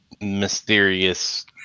mysterious